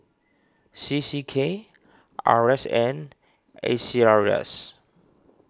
C C K R S N A C R E S